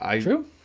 True